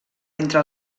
entre